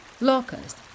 locusts